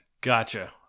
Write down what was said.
Gotcha